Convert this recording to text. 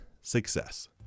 success